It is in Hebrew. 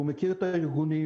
והוא מכיר את הארגונים,